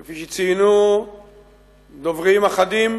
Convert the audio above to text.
כפי שציינו דוברים אחדים,